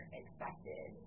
expected